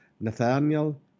Nathaniel